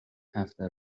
هفته